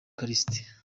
callixte